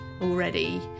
already